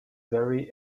very